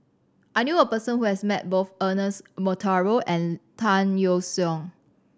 I knew a person who has met both Ernest Monteiro and Tan Yeok Seong